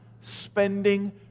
spending